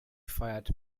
feiert